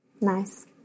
Nice